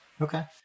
Okay